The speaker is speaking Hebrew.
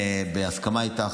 בהסכמה איתך,